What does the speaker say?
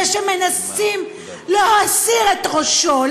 זה שמנסים להסיר את ראשו,